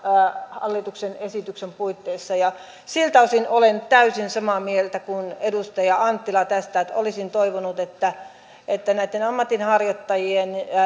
hallituksen esityksen puitteissa siltä osin olen tästä täysin samaa mieltä kuin edustaja anttila olisin toivonut että että näitten ammatinharjoittajien